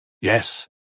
Yes